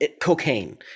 cocaine